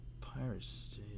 Pirates